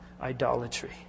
idolatry